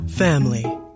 family